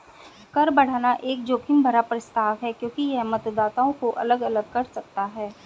कर बढ़ाना एक जोखिम भरा प्रस्ताव है क्योंकि यह मतदाताओं को अलग अलग कर सकता है